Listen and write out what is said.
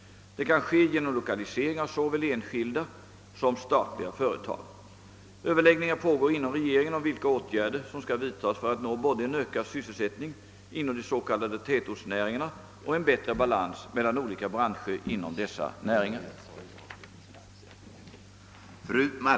Det kan ske genom lokalisering av såväl enskilda som statliga företag. Överläggningar pågår inom regeringen om vilka åtgärder som skall vidtas för att nå både en ökad sysselsättning inom de s.k. tätortsnäringarna och en bättre balans mellan olika branscher inom dessa näringar.